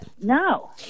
No